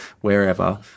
wherever